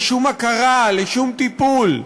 לשום הכרה ולשום טיפול?